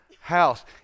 house